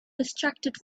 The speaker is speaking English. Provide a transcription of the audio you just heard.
distracted